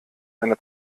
einer